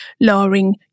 lowering